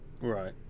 Right